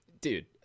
dude